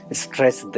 stress